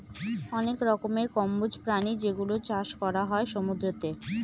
অনেক রকমের কম্বোজ প্রাণী যেগুলোর চাষ করা হয় সমুদ্রতে